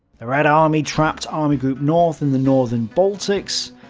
the red army trapped army group north in the northern baltics.